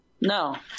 No